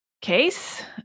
case